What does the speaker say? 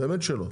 באמת שלא.